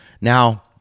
Now